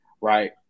right